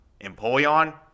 Empoleon